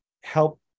help